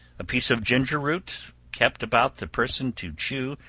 a piece of ginger root, kept about the person to chew,